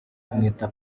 amwita